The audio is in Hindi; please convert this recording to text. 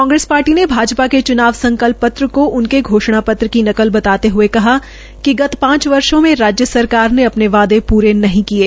कांग्रेस पार्टी ने भाजपा के चूनाव संकल्प पत्र को उनके घोषणा पत्र की नकल बताते कहा कि गत पांच वर्षो में राज्य सरकार ने अपने वायदे पूरे नहीं किये